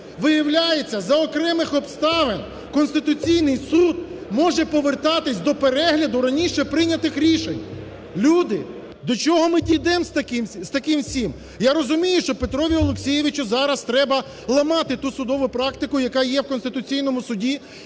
Виявляється, за окремих обставин Конституційний Суд може повертатися до перегляду раніше прийнятих рішень. Люди, до чого ми дійдемо з таким цим? Я розумію, що Петрові Олексійовичу зараз треба ламати ту судову практику, яка є в Конституційному Суді,